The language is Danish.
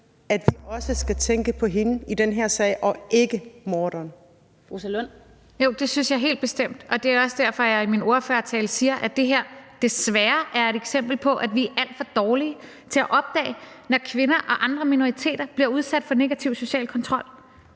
Fru Rosa Lund. Kl. 13:36 Rosa Lund (EL): Jo, det synes jeg helt bestemt, og det er også derfor, jeg i min ordførertale siger, at det her desværre er et eksempel på, at vi er alt for dårlige til at opdage det, når kvinder og andre minoriteter bliver udsat for negativ social kontrol.